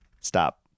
stop